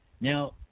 Now